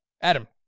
Adam